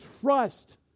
trust